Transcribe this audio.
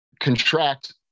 contract